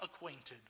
acquainted